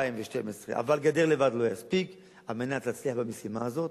2012. אבל גדר לבד לא תספיק כדי להצליח במשימה הזאת,